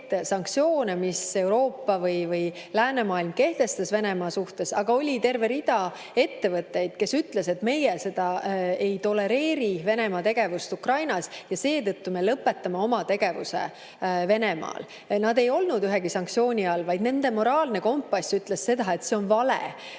mille Euroopa või läänemaailm kehtestas Venemaa vastu, aga oli ka terve rida ettevõtteid, kes ütlesid, et nemad ei tolereeri Venemaa tegevust Ukrainas ja seetõttu nad lõpetavad oma tegevuse Venemaal. Nad ei olnud ühegi sanktsiooni all, vaid nende moraalne kompass ütles, et on vale